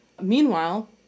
Meanwhile